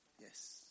yes